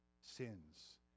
sins